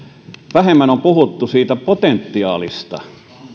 vähemmän on puhuttu siitä potentiaalista